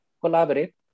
collaborate